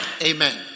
Amen